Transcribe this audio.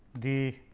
the